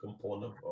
component